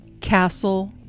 Castle